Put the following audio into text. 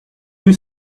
you